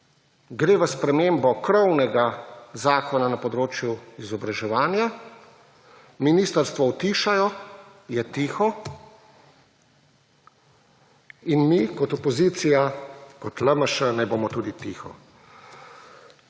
gre v spremembo krovnega zakona na področju izobraževanja, ministrstvo utišajo, je tiho, in mi kot opozicija, kot LMŠ, naj bomo tudi tiho.